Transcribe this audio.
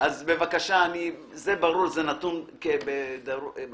אבל קודם --- על 2. נקריא את תקנה 3. תקנה 2 עם